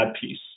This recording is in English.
piece